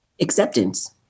acceptance